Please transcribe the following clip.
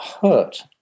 hurt